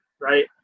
right